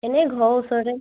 এনেই ঘৰ